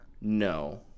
no